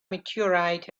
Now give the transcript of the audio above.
meteorite